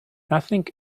nothing